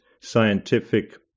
scientific